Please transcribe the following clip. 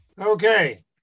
Okay